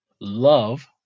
love